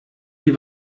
die